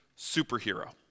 superhero